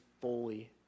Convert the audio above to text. fully